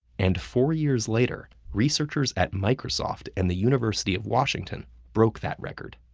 and four years later, researchers at microsoft and the university of washington broke that record.